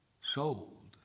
sold